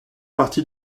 partie